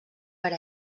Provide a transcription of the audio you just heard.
per